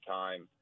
time